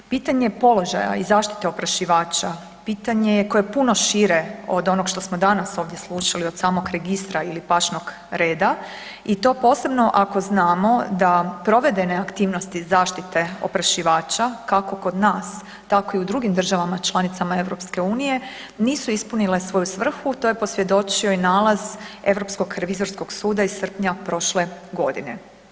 Pitanje položaja i zaštite oprašivača, pitanje je koje je puno šire od onog što smo danas ovdje slušali, od samog registra ili pašnog reda i to posebno ako znamo da provedene aktivnosti zaštite oprašivača, kako kod nas, tako i u drugim državama članicama EU, nisu ispunile svoju svrhu, to je posvjedočio i nalaz Europskog revizorskog suda iz srpnja prošle godine.